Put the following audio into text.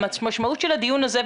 המשמעות של הדיון הזה,